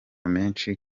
menshi